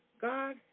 God